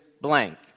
blank